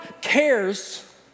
cares